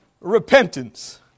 repentance